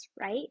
right